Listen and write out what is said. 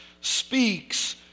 speaks